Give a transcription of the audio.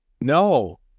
No